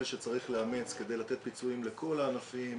שצריכים לאמץ כדי לתת פיצויים לכל הענפים,